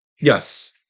Yes